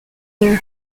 their